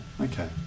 okay